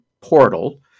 portal